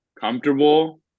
comfortable